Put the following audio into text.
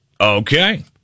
Okay